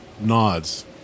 nods